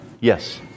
Yes